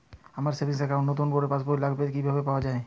আমার savings account র নতুন পাসবই লাগবে, কিভাবে পাওয়া যাবে?